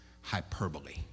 hyperbole